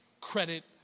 credit